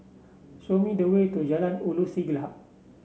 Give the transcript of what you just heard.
show me the way to Jalan Ulu Siglap